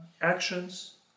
actions